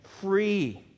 free